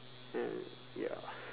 and ya